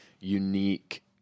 unique